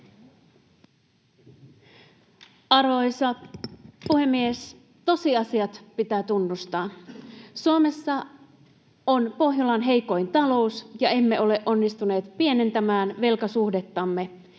Arvoisa puhemies! Tosiasiat pitää tunnustaa. Suomessa on Pohjolan heikoin talous, ja emme ole onnistuneet pienentämään velkasuhdettamme.